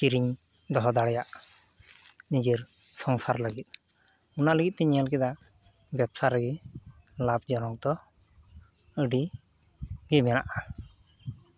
ᱠᱤᱨᱤᱧ ᱫᱚᱦᱚ ᱫᱟᱲᱮᱭᱟᱜ ᱱᱤᱡᱮᱨ ᱥᱚᱝᱥᱟᱨ ᱞᱟᱹᱜᱤᱫ ᱚᱱᱟ ᱞᱟᱹᱜᱤᱫᱛᱮᱧ ᱧᱮᱞ ᱠᱮᱫᱟ ᱵᱮᱵᱽᱥᱟ ᱨᱮᱜᱮ ᱞᱟᱵᱷᱡᱚᱱᱚᱠ ᱫᱚ ᱟᱹᱰᱤᱜᱮ ᱢᱮᱱᱟᱜᱼᱟ